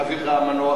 עם אביך המנוח,